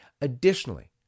Additionally